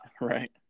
right